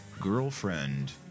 girlfriend